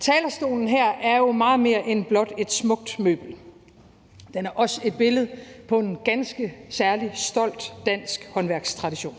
Talerstolen her er jo meget mere end blot et smukt møbel. Den er også et billede på en ganske særlig, stolt dansk håndværkstradition